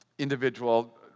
Individual